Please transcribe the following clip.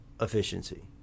efficiency